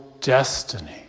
destiny